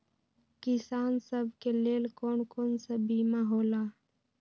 किसान सब के लेल कौन कौन सा बीमा होला?